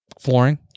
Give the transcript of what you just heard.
Flooring